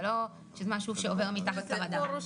זה לא משהו שעובר מתחת לרדאר.